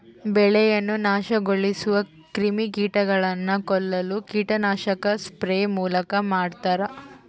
ಬೆಳೆಯನ್ನು ನಾಶಗೊಳಿಸುವ ಕ್ರಿಮಿಕೀಟಗಳನ್ನು ಕೊಲ್ಲಲು ಕೀಟನಾಶಕ ಸ್ಪ್ರೇ ಮೂಲಕ ಮಾಡ್ತಾರ